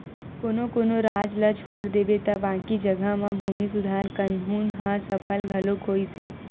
कोनो कोनो राज ल छोड़ देबे त बाकी जघा म भूमि सुधार कान्हून ह सफल घलो होइस हे